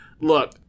look